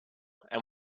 and